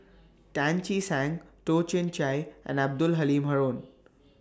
Tan Che Sang Toh Chin Chye and Abdul Halim Haron